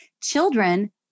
children